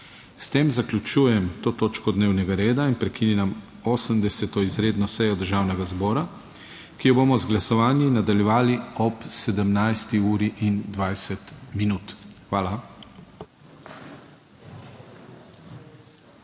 S tem zaključujem to točko dnevnega reda in prekinjam 80. izredno sejo Državnega zbora, ki jo bomo z glasovanji nadaljevali ob 17. uri